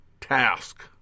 task